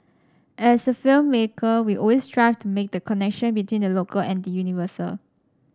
as a filmmaker we always strive to make the connection between the local and the universal